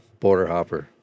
Borderhopper